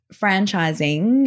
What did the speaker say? franchising